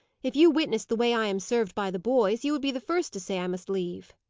if you witnessed the way i am served by the boys, you would be the first to say i must leave.